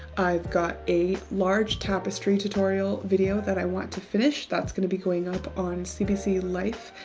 i've got a large tapestry tutorial video that i want to finish that's gonna be going up on cbc life,